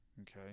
okay